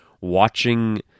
watching